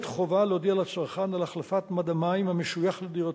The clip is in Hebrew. חובה להודיע לצרכן על החלפת מד המים המשויך לדירתו.